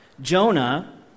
Jonah